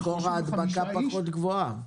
לכאורה ההדבקה פחות גבוהה.